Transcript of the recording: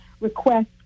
request